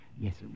Yes